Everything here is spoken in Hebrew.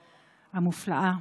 המופלאה,